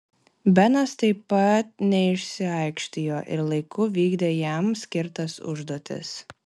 benas taip pat nesiaikštijo ir laiku vykdė jam skirtas užduotis